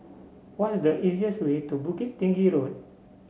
what is the easiest way to Bukit Tinggi Road